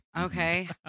Okay